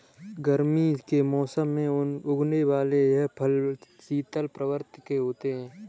गर्मी के मौसम में उगने वाले यह फल शीतल प्रवृत्ति के होते हैं